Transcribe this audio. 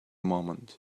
moment